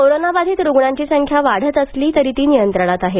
कोरोनाबाधित रुग्णांची संख्या वाढत असली तरी ती नियंत्रणात आहे